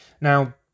Now